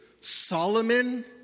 Solomon